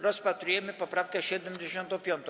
Rozpatrujemy poprawkę 75.